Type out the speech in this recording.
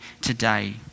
today